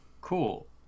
Cool